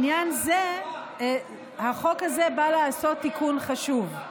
בעניין זה החוק הזה בא לעשות תיקון חשוב.